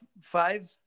five